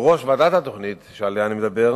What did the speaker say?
בראש ועדת התוכנית שעליה אני מדבר